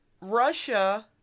Russia